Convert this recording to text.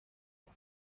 کمی